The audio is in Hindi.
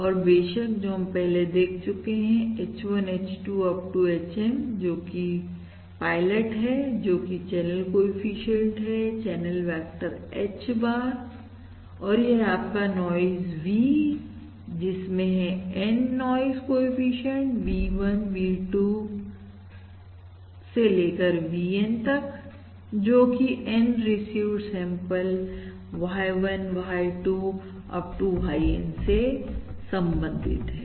और बेशक जो हम पहले देख चुके हैं H1 H2 up to HM जो कि पायलट है जोकि चैनल कोएफिशिएंट है चैनल वेक्टर H bar और यह है आपका नॉइज V जिसमें है N noise coefficient V1 V2 VN जोकि N received sample Y1 Y2 Up to YN से संबंधित है